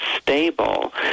stable